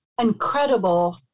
incredible